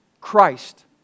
Christ